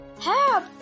help